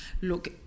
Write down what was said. Look